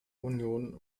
union